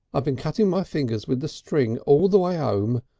i've been cutting my fingers with the string all the way um